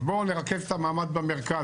אז בואו נרכז את המאמץ במרכז.